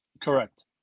Correct